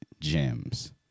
gems